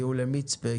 מצפה,